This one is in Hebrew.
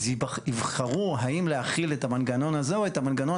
אז יבחרו האם להחיל את המנגנון הזה או את המנגנון